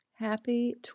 Happy